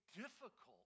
difficult